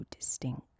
distinct